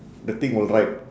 the thing will ripe